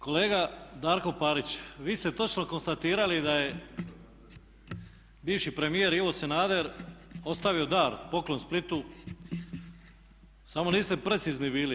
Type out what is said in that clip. Kolega Darko Parić, vi ste točno konstatirali da je bivši premijer Ivo Sanader ostavio dar, poklon Splitu samo niste precizni bili.